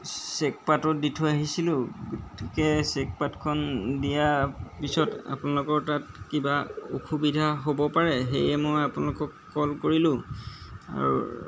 চেকপাটত দি থৈ আহিছিলোঁ গতিকে চেক পাটখন দিয়াৰ পিছত আপোনালোকৰ তাত কিবা অসুবিধা হ'ব পাৰে সেয়ে মই আপোনালোকক কল কৰিলোঁ আৰু